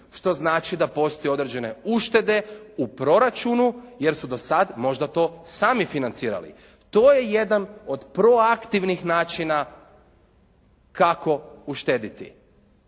što znači da postoje određen uštede u proračunu jer su dosad možda to sami financirali. To je jedan od proaktivnih načina kako uštediti